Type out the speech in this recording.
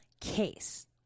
case